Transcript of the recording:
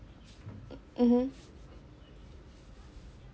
mm mmhmm